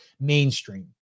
mainstream